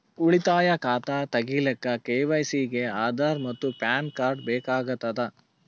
ಉಳಿತಾಯ ಖಾತಾ ತಗಿಲಿಕ್ಕ ಕೆ.ವೈ.ಸಿ ಗೆ ಆಧಾರ್ ಮತ್ತು ಪ್ಯಾನ್ ಕಾರ್ಡ್ ಬೇಕಾಗತದ